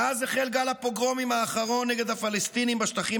מאז החל גל הפוגרומים האחרון נגד הפלסטינים בשטחים